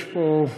יש פה,